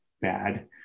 bad